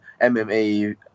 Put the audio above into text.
MMA